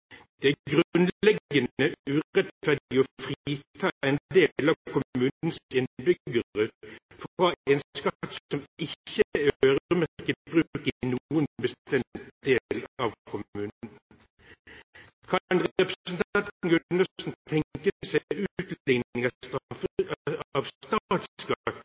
Det er grunnleggende urettferdig å frita en del av kommunens innbyggere fra en skatt som ikke er øremerket bruk i noen bestemt del av kommunen.